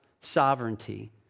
sovereignty